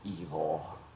evil